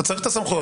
אתה צריך סמכויות,